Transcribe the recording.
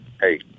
hey